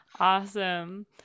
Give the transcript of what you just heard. Awesome